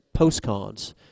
Postcards